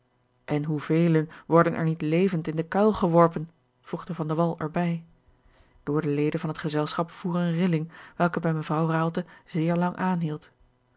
en hoevelen worden er niet levend in den kuil geworpen voegde van de wall er bij door de leden van het gezelschap voer eene rilling welke bij mevrouw raalte zeer lang aanhield